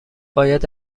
باید